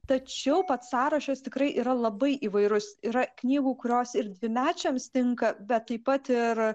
tačiau pats sąrašas tikrai yra labai įvairus yra knygų kurios ir dvimečiams tinka bet taip pat ir